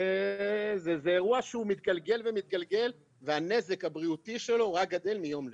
זה אירוע שהוא מתגלגל ומתגלגל והנזק הבריאותי שלו רק גדל מיום ליום.